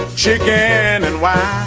chicken and why